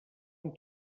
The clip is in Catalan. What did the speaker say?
amb